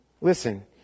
Listen